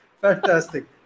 Fantastic